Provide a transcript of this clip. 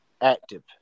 Active